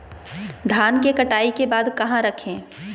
धान के कटाई के बाद कहा रखें?